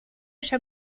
haya